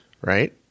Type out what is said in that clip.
right